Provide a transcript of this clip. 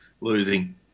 Losing